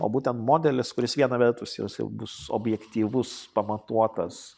o būtent modelis kuris viena vertus jis jau bus objektyvus pamatuotas